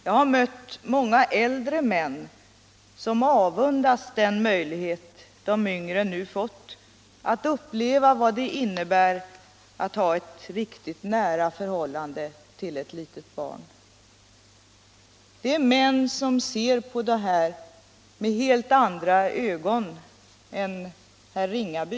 Jag har mött många äldre män som avundas den möjlighet de yngre nu fått att uppleva vad det innebär att ha ett riktigt nära förhållande till ett litet barn. Det är män som ser på det här med helt andra ögon än herr Ringaby.